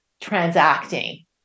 transacting